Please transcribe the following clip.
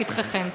לפתחכם.